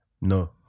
No